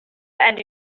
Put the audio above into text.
end